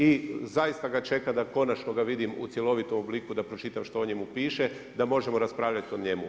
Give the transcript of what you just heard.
I zaista ga čekam da konačno ga vidim u cjelovitom obliku da pročitam što o njemu piše, da možemo raspravljati o njemu.